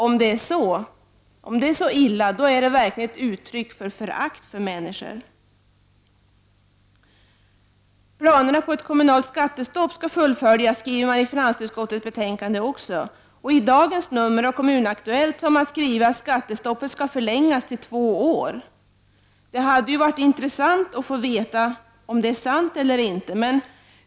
Om det är så illa, är det verkligen ett uttryck för förakt för människor. Planerna på ett kommunalt skattestopp skall fullföljas, skriver finansutskottet i sitt betänkande, och i dagens nummer av Kommun-Aktuellt står det att skattestoppet skall förlängas till två år. Det hade ju varit intressant att få veta om det är sant eller inte.